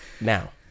now